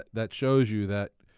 that shows you that